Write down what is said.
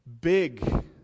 big